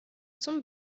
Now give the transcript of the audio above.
zum